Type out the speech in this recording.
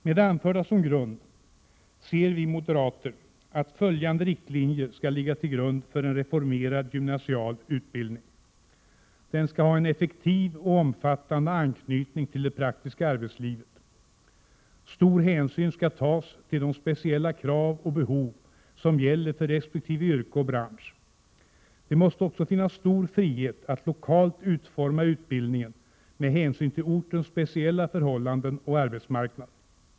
Med det anförda som bakgrund anser vi moderater att följande riktlinjer skall ligga till grund för en reformerad gymnasial utbildning: —- Den skall ha en effektiv och omfattande anknytning till det praktiska arbetslivet. — Stor hänsyn skall tas till de speciella krav och behov som gäller för resp. yrke och bransch. Det måste också finnas stor frihet att lokalt utforma utbildningen med hänsyn till ortens speciella förhållanden och arbetsmarknad.